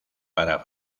para